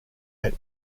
met